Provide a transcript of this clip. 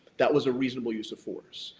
that was a reasonable use of force.